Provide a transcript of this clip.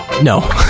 no